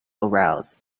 aroused